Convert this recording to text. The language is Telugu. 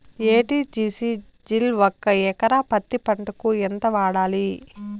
ఎ.టి.జి.సి జిల్ ఒక ఎకరా పత్తి పంటకు ఎంత వాడాలి?